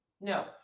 No